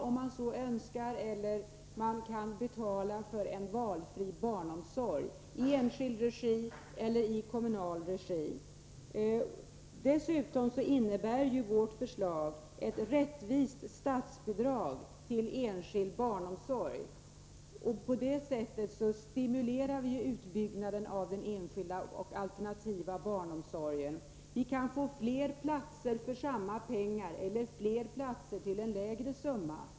De kan betala för en valfri barnomsorg, i enskild eller kommunal regi. Vårt förslag innebär dessutom ett rättvist statsbidrag till enskild barnomsorg. På det sättet stimulerar vi utbyggnaden av den enskilda och alternativa barnomsorgen. Vi kan få fler platser för samma pengar eller till en lägre summa.